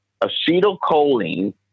acetylcholine